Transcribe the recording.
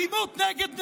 אלימות נגד נשים,